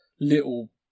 little